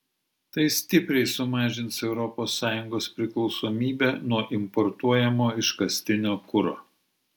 tai stipriai sumažins europos sąjungos priklausomybę nuo importuojamo iškastinio kuro